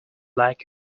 liked